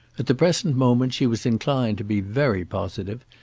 at the present moment she was inclined to be very positive,